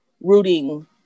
rooting